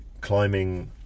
climbing